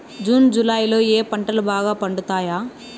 June July లో ఏ పంటలు బాగా పండుతాయా?